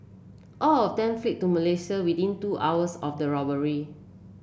all of them fled to Malaysia within two hours of the robbery